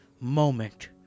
moment